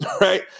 right